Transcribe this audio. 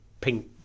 pink